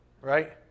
right